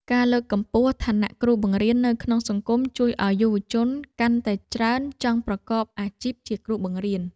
ការលើកកម្ពស់ឋានៈគ្រូបង្រៀននៅក្នុងសង្គមជួយឱ្យយុវជនកាន់តែច្រើនចង់ប្រកបអាជីពជាគ្រូបង្រៀន។